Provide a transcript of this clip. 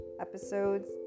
Episodes